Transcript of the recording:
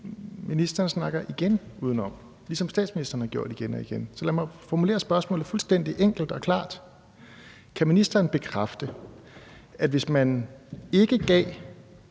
Ministeren snakker igen udenom, ligesom statsministeren har gjort igen og igen. Så lad mig formulere spørgsmålet fuldstændig enkelt og klart: Kan ministeren bekræfte, at hvis man ikke gav